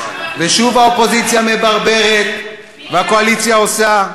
ושוב האופוזיציה מברברת והקואליציה עושה.